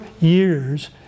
years